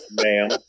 ma'am